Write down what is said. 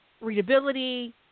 readability